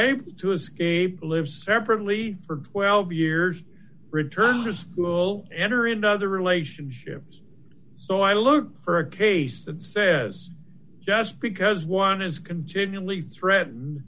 unable to escape lives separately for twelve years returned to school enter another relationship so i look for a case that says just because one is continually threatened